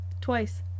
Twice